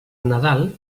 nadal